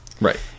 Right